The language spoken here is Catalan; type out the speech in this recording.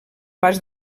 pas